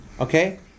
okay